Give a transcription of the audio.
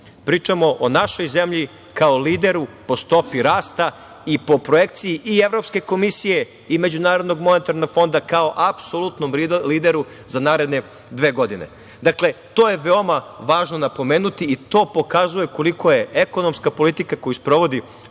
pričamo o našoj zemlji kao lideru po stopi rasta i po projekciji i Evropske komisije i MMF, kao apsolutnom lideru za naredne dve godine. Dakle, to je veoma važno napomenuti i to pokazuje koliko je ekonomska politika koju sprovodi